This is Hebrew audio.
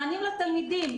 מענים לתלמידים,